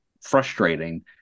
frustrating